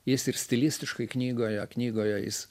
jis ir stilistiškai knygoje knygoje jis